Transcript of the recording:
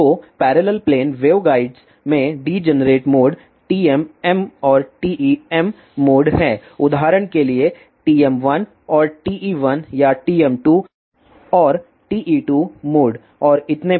तो parallel plane waveguides में degenerate mode TMm और TEm मोड हैं उदाहरण के लिए TM1 और TE1 या TM2 और TE2 मोड और इतने पर